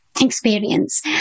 experience